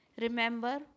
Remember